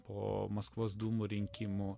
po maskvos dūmų rinkimų